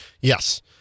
Yes